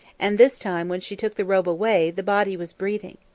and this time when she took the robe away the body was breathing.